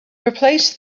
replace